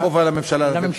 אין חובה לממשלה לתת תגובה,